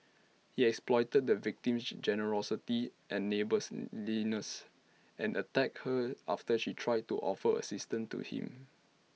he exploited the victim's generosity and neighbours and attacked her after she tried to offer assistance to him